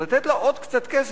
לתת לה עוד קצת כסף,